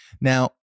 Now